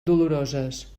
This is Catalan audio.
doloroses